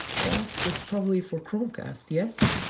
cast is probably for chromecast. yes.